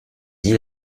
dis